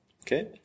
Okay